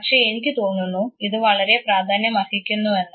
പക്ഷേ എനിക്ക് തോന്നുന്നു ഇത് വളരെ പ്രാധാന്യമർഹിക്കുന്നു എന്ന്